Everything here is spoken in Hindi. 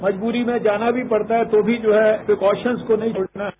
मजबूरी में जाना भी पड़ता है तो भी जो है प्रिकोशन्स को नहीं छोड़ना है